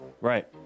Right